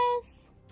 Yes